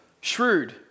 shrewd